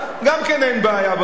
גם כן אין בעיה בדמוקרטיה.